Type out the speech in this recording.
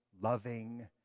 loving